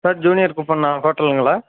sir junior Kuppanna ஹோட்லுங்களா